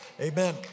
Amen